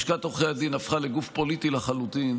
לשכת עורכי הדין הפכה לגוף פוליטי לחלוטין,